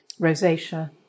rosacea